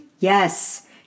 Yes